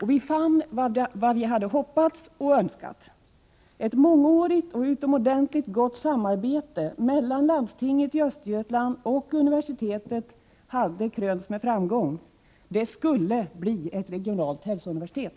Och vi fann vad vi hade hoppats och önskat. Ett mångårigt och utomordentligt samarbete mellan landstinget i Östergötland och universitetet hade krönts med framgång. Det skulle bli ett regionalt hälsouniversitet.